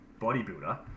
bodybuilder